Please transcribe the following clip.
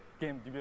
game